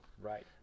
right